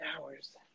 hours